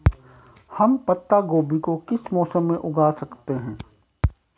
हम पत्ता गोभी को किस मौसम में उगा सकते हैं?